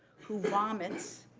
who vomits,